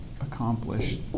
accomplished